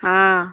ஆ